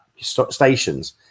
stations